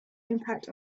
impact